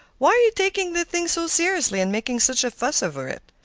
why are you taking the thing so seriously and making such a fuss over it?